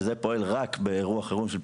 והיא פועלת רק באירוע חירום.